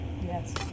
Yes